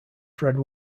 fred